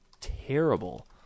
terrible